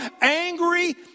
angry